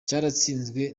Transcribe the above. cyarashinzwe